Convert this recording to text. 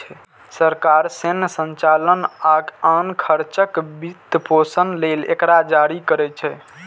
सरकार सैन्य संचालन आ आन खर्चक वित्तपोषण लेल एकरा जारी करै छै